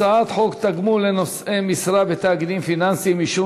הצעת חוק תגמול לנושאי משרה בתאגידים פיננסיים (אישור